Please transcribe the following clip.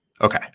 okay